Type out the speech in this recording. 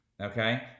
okay